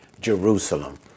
Jerusalem